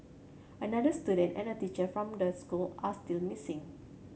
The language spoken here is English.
another student and a teacher from the school are still missing